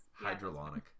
hydrolonic